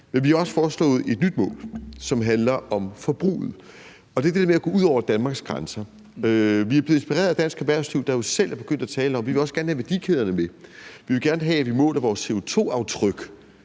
har foreslået et nyt mål, som handler om forbruget. Det er det der med at gå ud over Danmarks grænser. Vi er blevet inspireret af dansk erhvervsliv, der jo selv er begyndt at tale om, at de også gerne vil have værdikæderne med; de vil gerne have, at vi måler vores CO2-aftryk